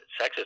sexist